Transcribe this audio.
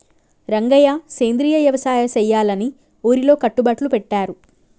రంగయ్య సెంద్రియ యవసాయ సెయ్యాలని ఊరిలో కట్టుబట్లు పెట్టారు